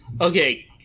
okay